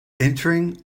entering